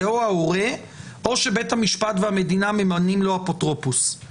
זה או ההורה או שבית המשפט והמדינה ממנים לו אפוטרופוס.